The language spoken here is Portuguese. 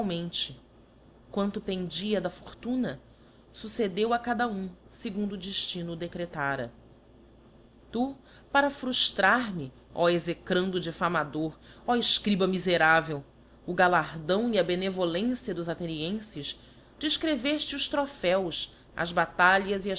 egualmente quanto pendia da fortuna succedeu a cada um fegundo o deítino o decretara tu para fruftrar me ó execrando diífamador ó escriba miferavel o galardão e a benevolência dos athenienfes defcrevefte os tropheos as batalhas